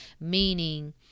Meaning